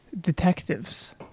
detectives